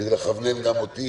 כדי לכוון גם אותי